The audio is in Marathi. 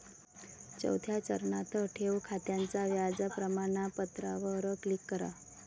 चौथ्या चरणात, ठेव खात्याच्या व्याज प्रमाणपत्रावर क्लिक करा